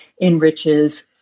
enriches